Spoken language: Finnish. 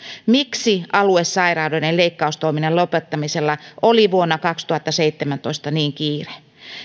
miksi aluesairaaloiden leikkaustoiminnan lopettamisella oli vuonna kaksituhattaseitsemäntoista niin kiire